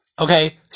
Okay